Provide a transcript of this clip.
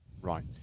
right